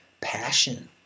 passion